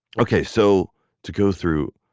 okay, so to go through,